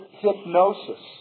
hypnosis